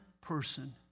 person